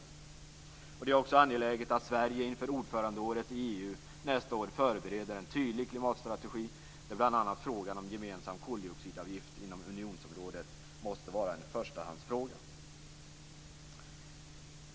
Det är också angeläget att Sverige inför ordförandeåret i EU nästa år förbereder en tydlig klimatstrategi, där bl.a. frågan om en gemensam koldioxidavgift inom unionsområdet måste vara en förstahandsfråga.